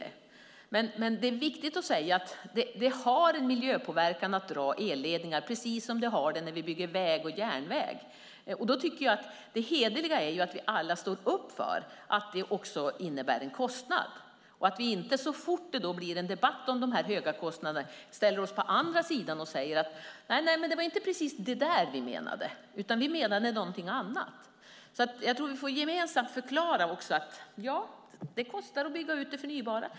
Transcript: Det är viktigt att säga att det blir en miljöpåverkan att dra fram elledningar, precis som det blir när vi bygger väg och järnväg. Det hederliga är att vi alla står upp för att det också innebär en kostnad. Så fort det blir en debatt om de höga kostnaderna får vi inte ställa oss på andra sidan och säga att det var inte precis det vi menade utan vi menade något annat. Vi får gemensamt förklara att det kostar att bygga ut förnybar energi.